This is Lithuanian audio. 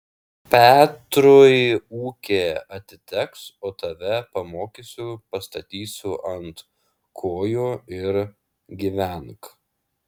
petrui ūkė atiteks o tave pamokysiu pastatysiu ant kojų ir gyvenk